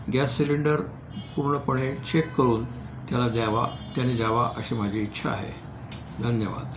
gas cylinder पूर्णपणे check करून त्याला द्यावा त्याने द्यावा अशी माझी इच्छा आहे धन्यवाद